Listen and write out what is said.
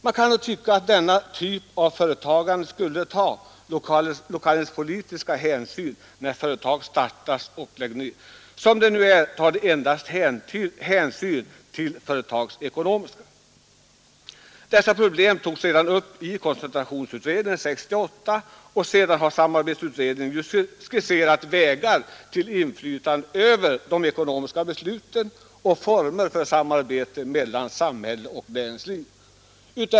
Man kan tycka att det inom denna typ av företagande skulle kunna tas lokaliseringspolitiska hänsyn när företag startas och läggs ned. Som det nu är tas det emellertid endast hänsyn till de företagsekonomiska värderingarna. Dessa problem togs upp av koncentrationsutredningen 1968, och sedan har samarbetsutredningen skisserat vägar till inflytande över de ekonomiska besluten och till former för samarbete mellan samhälle och näringsliv.